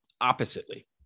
oppositely